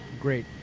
great